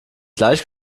nicht